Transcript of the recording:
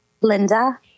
Linda